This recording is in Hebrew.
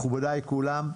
מכובדיי כולם,